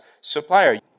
supplier